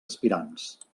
aspirants